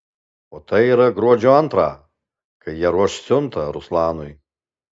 o tai yra gruodžio antrą kai jie ruoš siuntą ruslanui